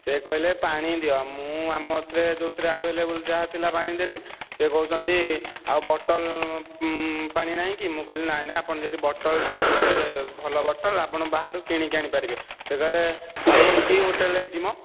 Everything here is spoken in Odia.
ସେ କହିଲେ ପାଣି ଦିଅ ମୁଁ ଆମଥିରେ ଯେଉଁଥିରେ ଆଭେଲେବୁଲ ଯାହା ଥିଲା ସେଥିରେ ପାଣି ଦେଲି ସେ କହୁଛନ୍ତି ଆଉ ବଟଲ ପାଣି ନାହିଁ କି ମୁଁ କହିଲି ନାହିଁ ନାହିଁ ଆପଣ ଯଦି ବଟଲ ଚାହିଁବେ ଭଲ ବଟଲ ଆପଣ ବାହାରୁ କିଣିକି ଆଣି ପାରିବେ ସେ କହିଲେ ଆଉ କି ହୋଟେଲ ହୋଇଛି ମ